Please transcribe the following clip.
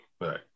right